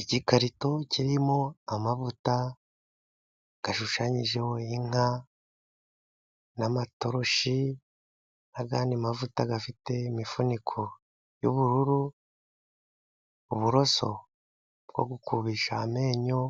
Igikarito kirimo amavuta ashushanyijeho inka n'amatoroshi, n'andi mavuta afite imifuniko y'ubururu, uburoso bwo gukubisha amenyo,